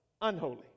Unholy